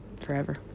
forever